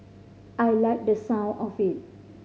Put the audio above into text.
I liked the sound of it